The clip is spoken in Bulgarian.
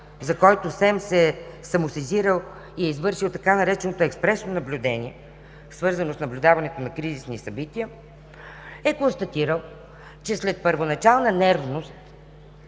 за който СЕМ се е самосезирал и е извършил така нареченото „експресно наблюдение“, свързано с наблюдаването на кризисни събития, е констатирал, че след първоначална нервност